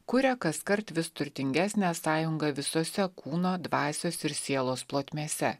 kuria kaskart vis turtingesnę sąjungą visose kūno dvasios ir sielos plotmėse